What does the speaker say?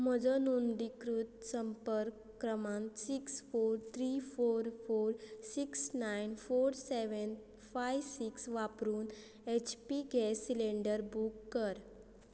म्हजो नोंदणीकृत संपर्क क्रमांक six four three four four six nine four seven five six वापरून H P gas cylinder book कर